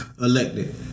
elected